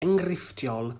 enghreifftiol